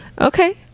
Okay